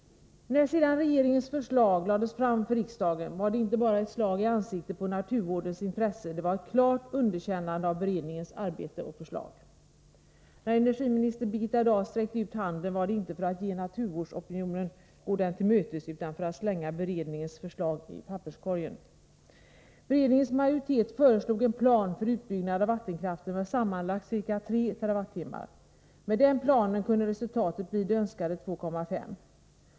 När sedan regeringens förslag lades fram för riksdagen var det inte bara ett slag i ansiktet på naturvårdens intressen — det var ett klart underkännande av beredningens arbete och förslag. När energiminister Birgitta Dahl sträckte ut handen var det inte för att gå naturvårdsopinionen till mötes utan för att slänga beredningens förslag i papperskorgen. Beredningens majoritet föreslog en plan för utbyggnad av vattenkraften med sammanlagt ca 3 TWh. Med den planen kunde resultatet bli de önskade 2,5 TWh.